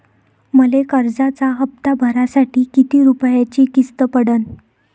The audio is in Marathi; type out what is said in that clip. मले कर्जाचा हप्ता भरासाठी किती रूपयाची किस्त पडन?